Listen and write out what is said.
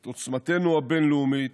את עוצמתנו הבין-לאומית